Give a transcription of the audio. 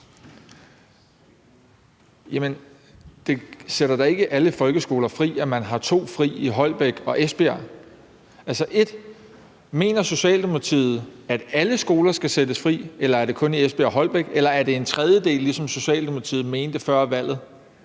(SF): Det sætter da ikke alle folkeskoler fri, at man har sat to fri, nemlig i Holbæk og Esbjerg. Punkt 1: Mener Socialdemokratiet, at alle skoler skal sættes fri, eller er det kun i Esbjerg og Holbæk, eller er det en tredjedel, ligesom Socialdemokratiet mente før valget?